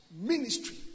ministry